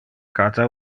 cata